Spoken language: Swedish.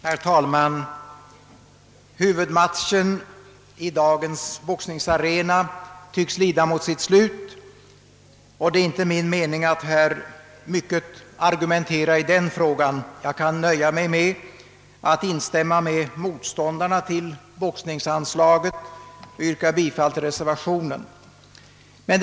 Herr talman! Huvudmatchen i dagens boxningsarena tycks lida mot sitt slut, och det är inte min mening att mycket argumentera i den frågan. Jag kan nöja mig med att instämma med motståndarna till boxningsanslaget och yrka bifall till reservationen på denna punkt.